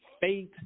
faith